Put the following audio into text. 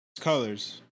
colors